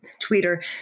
Twitter